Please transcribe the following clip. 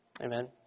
Amen